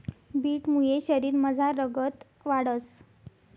बीटमुये शरीरमझार रगत वाढंस